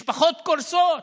משפחות קורסות,